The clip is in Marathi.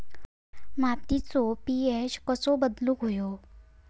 मातीचो पी.एच कसो बदलुक होयो?